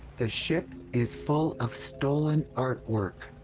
the ship is full of stolen artwork.